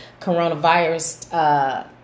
coronavirus